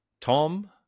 Tom